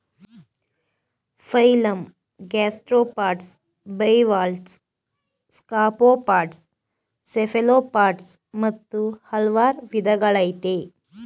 phylum gastropods bivalves scaphopods cephalopods ಮತ್ತು ಹಲ್ವಾರ್ ವಿದಗಳಯ್ತೆ